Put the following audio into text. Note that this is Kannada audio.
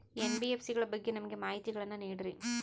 ಎನ್.ಬಿ.ಎಫ್.ಸಿ ಗಳ ಬಗ್ಗೆ ನಮಗೆ ಮಾಹಿತಿಗಳನ್ನ ನೀಡ್ರಿ?